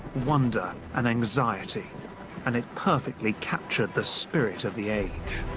wonder and anxiety and it perfectly captured the spirit of the age.